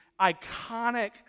iconic